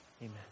Amen